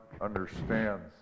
understands